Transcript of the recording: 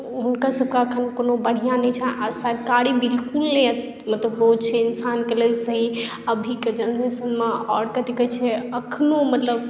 हुनका सबके एखन कोनो बढ़िआँ नहि छै आओर सरकारी बिलकुल नहि मतलब ओ छै इंसानके लेल सही अभीके जेनरेशनमे आओर कथी कहय छै एखनो मतलब